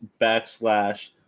backslash